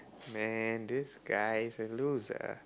man this guy is a loser